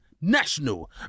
National